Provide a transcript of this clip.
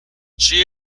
she